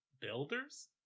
builders